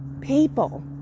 People